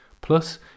Plus